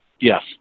Yes